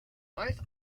both